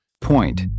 Point